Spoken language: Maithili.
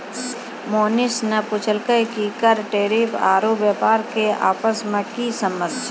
मोहनीश ने पूछलकै कि कर टैरिफ आरू व्यापार के आपस मे की संबंध छै